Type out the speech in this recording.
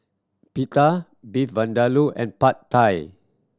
Pita Beef Vindaloo and Pad Thai